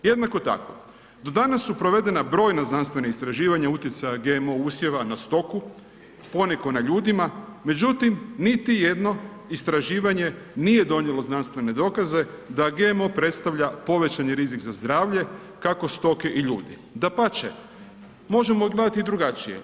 Jednako tako, do danas su provedena brojna znanstvena istraživanja utjecaja GMO usjeva na stoku, poneko na ljudima, međutim niti jedno istraživanje nije donijelo znanstvene dokaze da GMO predstavlja povećani rizik za zdravlje kako stoke i ljudi, dapače možemo gledati i drugačije.